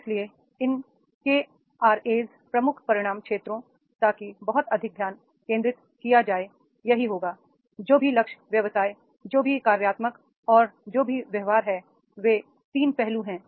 इसलिए इन केआरए प्रमुख परिणाम क्षेत्रों ताकि बहुत अधिक ध्यान केंद्रित किया जाएगा यही होगा जो भी लक्ष्य व्यवसाय जो भी कार्यात्मक और जो भी व्यवहार है ये 3 पहलू हैं